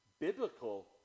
biblical